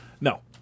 No